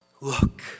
Look